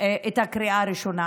את הקריאה הראשונה.